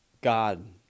God